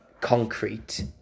concrete